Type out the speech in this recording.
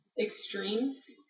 extremes